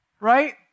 right